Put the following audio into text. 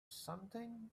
something